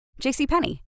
JCPenney